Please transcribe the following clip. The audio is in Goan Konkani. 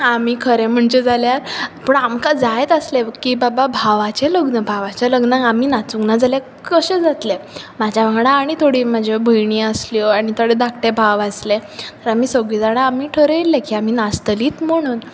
आमी खरें म्हणचें जाल्यार पूण आमकां जायच आसलें की बाबा भावाचें लग्न भावाच्या लग्नाक आमी नाचूंक ना जाल्यार कशें जातलें म्हाज्या वांगडा आनी थोडी म्हाज्यो भयणी आसल्यो आनी थोडे धाकटे भाव आसले आमी सगळीं जाणां आमी ठरयल्लें की आमी नाचतलींच म्हणून